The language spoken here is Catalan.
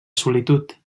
solitud